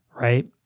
right